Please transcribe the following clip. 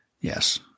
Yes